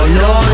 no